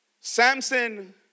Samson